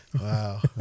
Wow